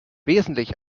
wesentlich